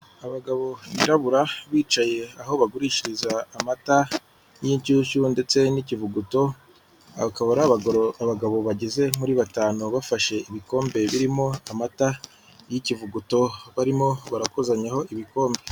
Abagabo birarabura bicaye aho bagurishiriza amata y'inshyushyu ndetse n'ikivuguto, akaba ari abagabo bageze muri batanu bafashe ibikombe birimo amata y'ikivuguto barimo barakozanyaho ibikombe.